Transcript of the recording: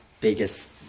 biggest